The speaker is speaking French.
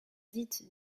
dites